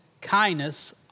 kindness